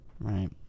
Right